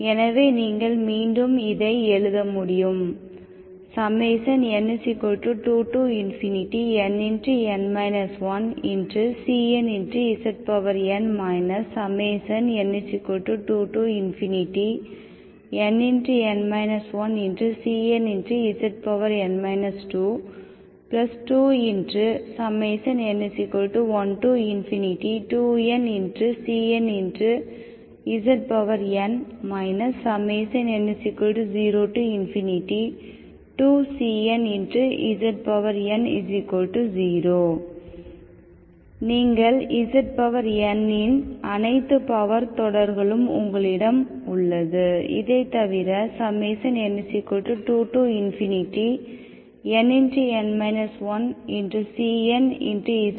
எனவே நீங்கள் மீண்டும் இதை எழுத முடியும் ⇒ n2nn 1cnzn n2nn 1cnzn 22n12ncnzn n02cnzn0 நீங்கள் zn இன் அனைத்து பவர் தொடர்களும் உங்களிடம் உள்ளது இதைத்தவிர n2nn 1cnzn 2